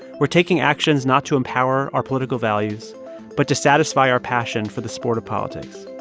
we're taking actions not to empower our political values but to satisfy our passion for the sport of politics